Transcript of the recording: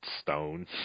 stone